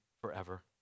forever